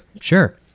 Sure